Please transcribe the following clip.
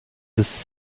ist